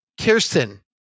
Kirsten